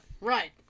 Right